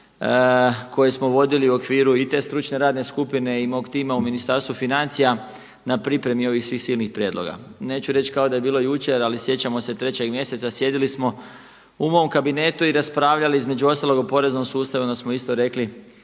koje smo vodili u okviru i te stručne radne skupine i mog tima u Ministarstvu financija na pripremi ovih svih silnih prijedloga. Neću reći kao da je bilo jučer, ali sjećamo se 3. mjeseca, sjedili smo u mom kabinetu i raspravljali između ostalog o poreznom sustavu. Onda smo isto rekli,